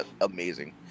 amazing